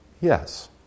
Yes